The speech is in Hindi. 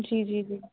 जी जी जी